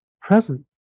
present